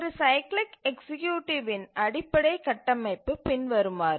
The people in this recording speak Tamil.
ஒரு சைக்கிளிக் எக்சீக்யூட்டிவின் அடிப்படை கட்டமைப்பு பின்வருமாறு